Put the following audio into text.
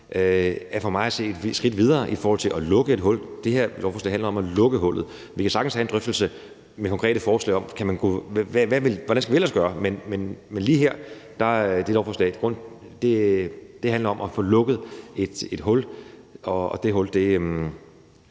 er for mig at se et skridt videre i forhold til at lukke et hul. Det her lovforslag handler om at lukke hullet. Vi kan sagtens tage en drøftelse af konkrete forslag til, hvad vi ellers skal gøre. Men det lovforslag her handler om at få lukket et hul, og det hul er